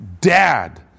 dad